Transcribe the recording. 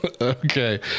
Okay